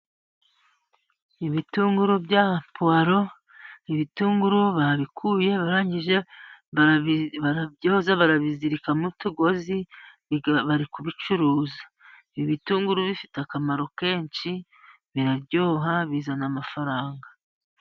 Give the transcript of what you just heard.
Ibitunguru bya puwaro, ibitunguru babikuye barangije barabyoza, barabizirika n'utugozi bari kubicuruza. Ibi bitunguru bifite akamaro kenshi, biraryoha bizana amafaranga.